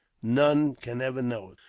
none can ever know it.